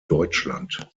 deutschland